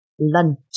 Lunch